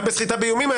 גם בסחיטה באיומים.